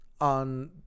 on